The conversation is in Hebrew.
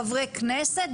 חברי כנסת,